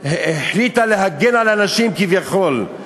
החליטה להגן על הנשים כביכול,